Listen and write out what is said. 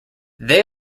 they